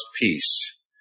peace